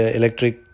electric